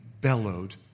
bellowed